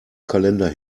kalender